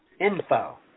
info